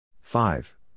Five